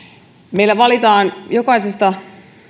meillä valitaan jokaisesta